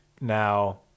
Now